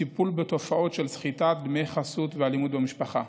טיפול בתופעות של סחיטת דמי חסות ואלימות במשפחה.